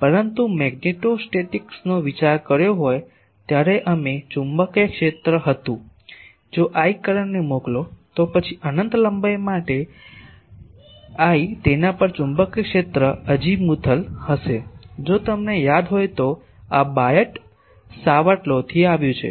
પરંતુ મેગ્નેટોસ્ટેટિક્સનો વિચાર કર્યો હોય ત્યારે અમે ચુંબકીય ક્ષેત્ર હતું જો I કરંટને મોકલો તો પછી અનંત લંબાઈ માટે l તેના પર ચુંબકીય ક્ષેત્ર અઝીમુથલ હશે જો તમને યાદ હોય તો આ બાયટ સાવર્ટ લોથી આવ્યું છે